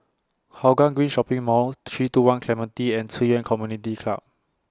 Hougang Green Shopping Mall three two one Clementi and Ci Yuan Community Club